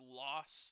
loss